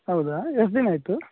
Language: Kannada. ಹೌದಾ ಎಷ್ಟು ದಿನ ಆಯಿತು